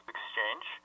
Exchange